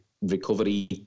recovery